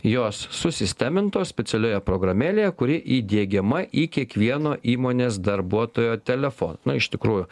jos susistemintos specialioje programėlėje kuri įdiegiama į kiekvieno įmonės darbuotojo telefoną na iš tikrųjų